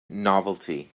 novelty